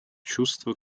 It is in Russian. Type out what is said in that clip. чувство